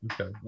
okay